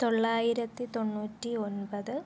തൊള്ളായിരത്തി തൊണ്ണൂറ്റി ഒൻപത്